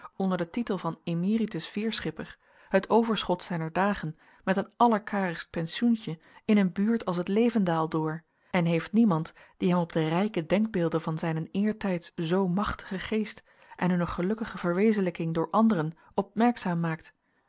onder den titel van emeritus veerschipper het overschot zijner dagen met een allerkarigst pensioentje in een buurt als het levendaal door en heeft niemand die hem op de rijke denkbeelden van zijnen eertijds zoo machtigen geest en hunne gelukkige verwezenlijking door anderen opmerkzaam maakt